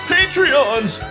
Patreons